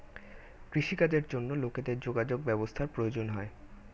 কৃষি কাজের জন্য লোকেদের যোগাযোগ ব্যবস্থার প্রয়োজন হয়